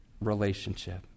relationship